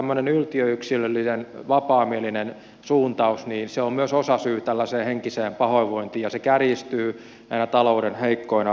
tämmöinen yltiöyksilöllinen vapaamielinen suuntaus on myös osasyy tällaiseen henkiseen pahoinvointiin ja se kärjistyy näinä talouden heikkoina aikoina